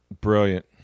Brilliant